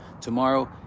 tomorrow